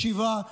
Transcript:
בישיבה,